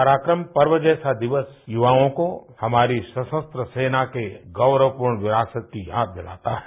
पराक्रम पर्व जैसा दिवस युवाओं को हमारी सशस्त्र सेना के गौरवपूर्ण विरासत की याद दिलाता है